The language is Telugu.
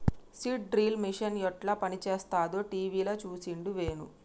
సీడ్ డ్రిల్ మిషన్ యెట్ల పనిచేస్తదో టీవీల చూసిండు వేణు